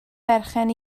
berchen